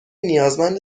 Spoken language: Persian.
نیازمند